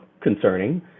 concerning